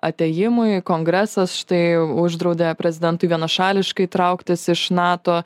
atėjimui kongresas štai uždraudė prezidentui vienašališkai trauktis iš nato